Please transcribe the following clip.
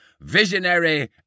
visionary